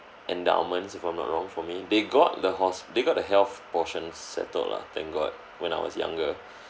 endowments if I'm not wrong for me they got the hos~ they got the health portion settled lah thank god when I was younger